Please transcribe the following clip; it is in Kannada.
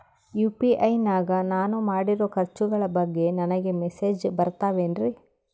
ಯು.ಪಿ.ಐ ನಾಗ ನಾನು ಮಾಡಿರೋ ಖರ್ಚುಗಳ ಬಗ್ಗೆ ನನಗೆ ಮೆಸೇಜ್ ಬರುತ್ತಾವೇನ್ರಿ?